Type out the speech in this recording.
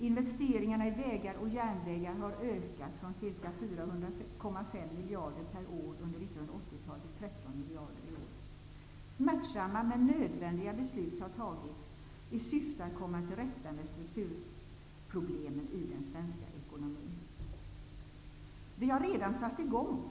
Investeringarna i vägar och järnvägar har ökat från ca 4,5 miljarder per år under 1980-talet till 13 miljarder i år. Smärtsamma men nödvändiga beslut har tagits i syfte att komma till rätta med strukturproblemen i den svenska ekonomin.